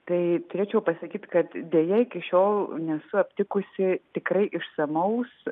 tai turėčiau pasakyt kad deja iki šiol nesu aptikusi tikrai išsamaus